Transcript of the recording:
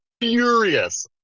furious